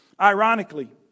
Ironically